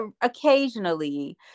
occasionally